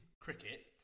cricket